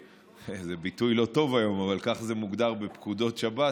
זה ביטוי לא טוב היום אבל ככה זה מוגדר בפקודות שב"ס,